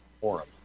forum